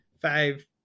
Five